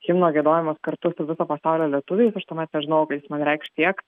himno giedojimas kartu su viso pasaulio lietuviais aš tuomet nežinojau kad jis man reikš tiek